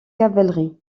cavalerie